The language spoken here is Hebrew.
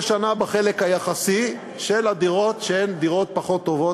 שנה בחלק היחסי של הדירות שהן דירות פחות טובות.